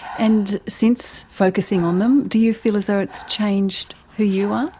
and since focusing on them, do you feel as though it's changed who you are?